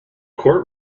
court